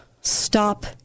Stop